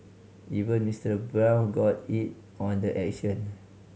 even Mister Brown got in on the action